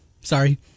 sorry